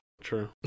true